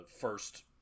first